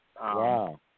Wow